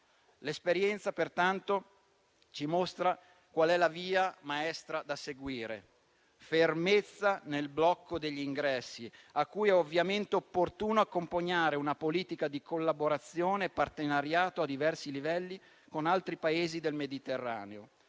L'esperienza pertanto ci mostra qual è la via maestra da seguire: fermezza nel blocco degli ingressi, a cui è ovviamente opportuno accompagnare una politica di collaborazione e partenariato a diversi livelli con altri Paesi del Mediterraneo.